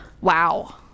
wow